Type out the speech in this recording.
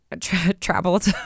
traveled